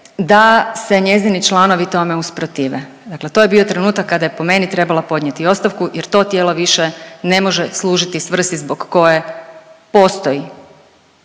da se njezini članovi tome usprotive, dakle to je bio trenutak kada je po meni trebala podnijeti ostavku jer to tijelo više ne može služiti svrsi zbog koje postoji.